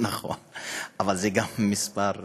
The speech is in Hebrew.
במקביל